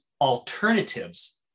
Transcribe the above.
alternatives